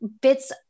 bits